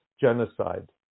genocide